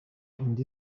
indi